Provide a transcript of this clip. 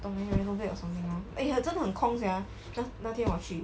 不懂 renovate or something lor eh 真的很空 sia 那那天我去